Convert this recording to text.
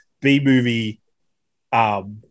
B-movie